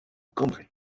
cambrai